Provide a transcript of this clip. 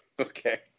Okay